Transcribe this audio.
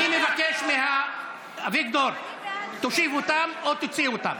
אני מבקש, אביגדור, תושיב אותם או תוציא אותם.